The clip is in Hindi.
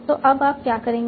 तो अब क्या करेंगे